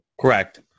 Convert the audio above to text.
Correct